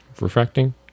refracting